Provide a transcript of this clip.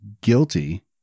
guilty